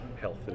health